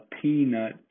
peanut